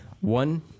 One